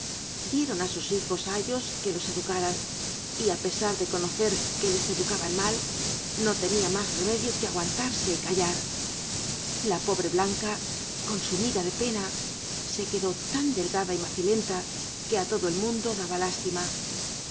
dieron á sus hijos ayos quo los educaran y á pc ar de conocer que les educaban mal no lenia mas remedio que ag uanlar c y callar la pobre manca consumirla le pena e quedó lan llelgada macilenla que á lodo el mundo daba lútilimu